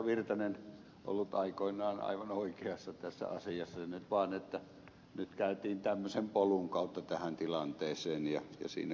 virtanen ollut aikoinaan aivan oikeassa tässä asiassa ja nyt vaan käytiin tämmöisen polun kautta tähän tilanteeseen ja sen kanssa on nyt elettävä